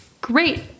Great